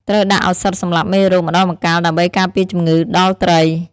ត្រូវដាក់ឱសថសម្លាប់មេរោគម្តងម្កាលដើម្បីការពារជំងឺដល់ត្រី។